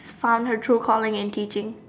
found her true calling in teaching